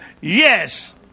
Yes